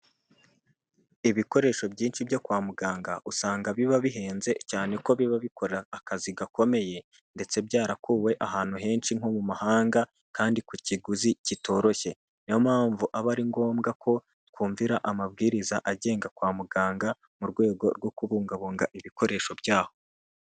Ibikoresho byinshi byo kwa muganga usanga biba bihenze cyane ko biba bikora akazi gakomeye ndetse byarakuwe ahantu henshi nko mu mahanga kandi ku kiguzi kitoroshye, niyo mpamvu aba ari ngombwa ko twumvira amabwiriza agenga kwa muganga mu rwego rwo kubungabunga ibikoresho byaho.